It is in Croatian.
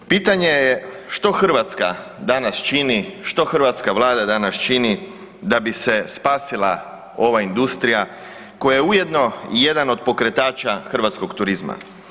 Pitanje je što Hrvatska danas čini, što hrvatska Vlada danas čini da bi se spasila ova industrija koja je ujedno i jedan od pokretača hrvatskog turizma.